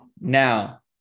Now